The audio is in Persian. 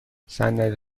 صندلی